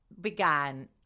began